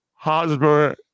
Hosmer